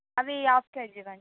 అవి half KG ఇవ్వండి